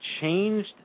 changed